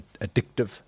addictive